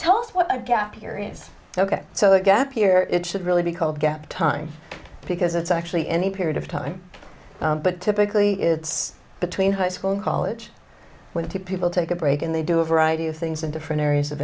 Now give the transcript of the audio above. is ok so that gap year it should really be called gap time because it's actually any period of time but typically it's between high school and college when two people take a break and they do a variety of things in different areas of